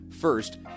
first